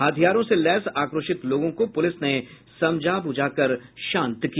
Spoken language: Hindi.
हथियारों से लैस आक्रोशित लोगों को पुलिस ने समझा बुझाकर शांत किया